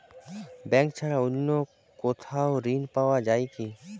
Bank ছাড়া অন্য কোথাও ঋণ পাওয়া যায় কি?